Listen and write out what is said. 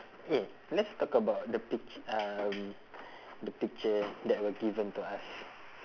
eh let's talk about the pic~ um the picture that were given to us